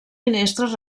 finestres